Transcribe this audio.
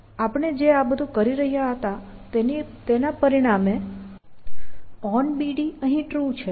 જે આપણે આ બધું કરી રહ્યા હતા તેના પરિણામે onBD અહીં ટ્રુ છે